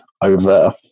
over